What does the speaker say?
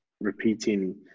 repeating